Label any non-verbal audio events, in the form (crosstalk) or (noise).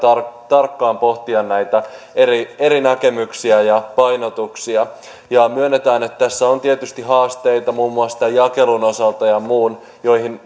tarkkaan pohtia näitä eri eri näkemyksiä ja painotuksia myönnetään että tässä on tietysti haasteita muun muassa jakelun ja muun osalta joihin (unintelligible)